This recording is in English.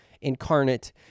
incarnate